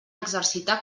exercitar